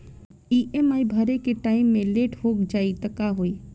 EMI भरे के time मे लेट हो जायी त का होई?